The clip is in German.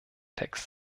text